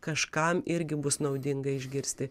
kažkam irgi bus naudinga išgirsti